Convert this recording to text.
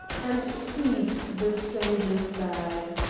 and seized the stranger's bag.